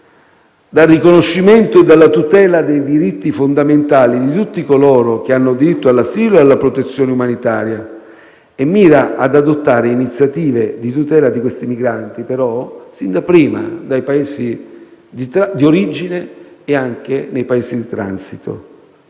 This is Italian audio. dal riconoscimento della tutela dei diritti fondamentali di tutti coloro che hanno diritto all'asilo e alla protezione umanitaria e mira ad adottare iniziative di tutela di questi migranti sin dai Paesi di origine e anche nei Paesi di transito.